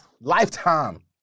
lifetime